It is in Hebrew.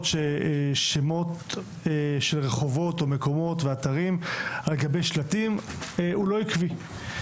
שמות של רחובות או מקומות ואתרים על גבי שלטים שהוא לא עקבי.